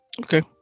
Okay